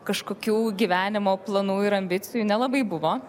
kažkokių gyvenimo planų ir ambicijų nelabai buvo